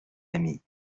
amis